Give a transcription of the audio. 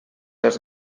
els